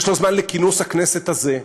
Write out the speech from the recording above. יש לו זמן לכינוס הכנסת הזה,